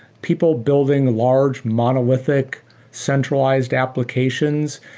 people building large monolithic centralized applications,